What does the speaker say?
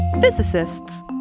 Physicists